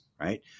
right